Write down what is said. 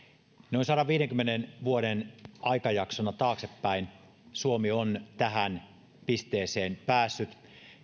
noin sadanviidenkymmenen vuoden aikajaksona taaksepäin suomi on tähän pisteeseen päässyt